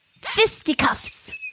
Fisticuffs